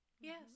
Yes